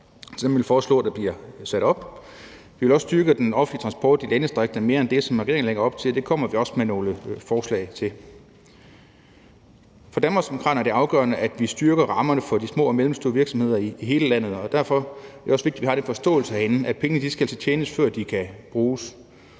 Vi vil også styrke den offentlige transport i landdistrikterne med mere end det, som regeringen lægger op til, og det kommer vi også med nogle forslag til. For Danmarksdemokraterne er det afgørende, at vi styrker rammerne for de små og mellemstore virksomheder i hele landet, og derfor at det også vigtigt, at vi har den forståelse herinde, nemlig at pengene altså skal tjenes, før de kan bruges.